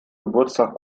geburtstag